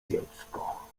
dziecko